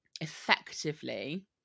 effectively